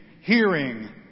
hearing